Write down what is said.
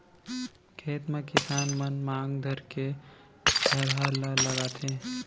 खेत म किसान मन मांग धरके थरहा ल लगाथें